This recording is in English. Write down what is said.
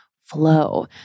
flow